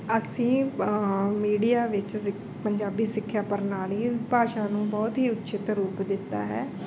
ਅਸੀਂ ਮੀਡੀਆ ਵਿੱਚ ਸਿੱ ਪੰਜਾਬੀ ਸਿੱਖਿਆ ਪ੍ਰਣਾਲੀ ਭਾਸ਼ਾ ਨੂੰ ਬਹੁਤ ਹੀ ਉੱਚਿਤ ਰੂਪ ਦਿੱਤਾ ਹੈ